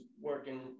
working